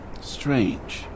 Strange